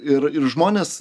ir ir žmonės